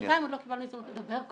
בינתיים עוד לא קיבלנו הזדמנות לדבר,